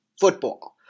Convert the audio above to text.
football